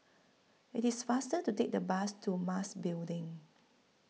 IT IS faster to Take The Bus to Mas Building